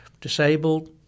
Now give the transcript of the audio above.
disabled